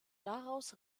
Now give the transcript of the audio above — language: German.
daraus